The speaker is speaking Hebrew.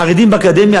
חרדים באקדמיה,